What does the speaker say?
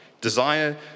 desire